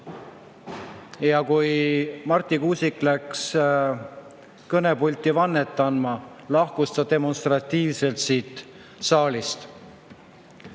Kui Marti Kuusik läks kõnepulti vannet andma, lahkus [president] demonstratiivselt siit saalist.